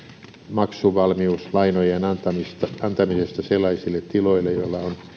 maksuvalmiuslainojen antamisesta antamisesta sellaisille tiloille joilla on